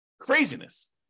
Craziness